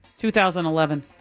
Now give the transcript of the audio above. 2011